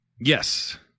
Yes